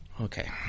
Okay